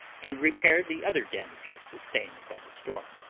and repair the other damages sustained by the storm.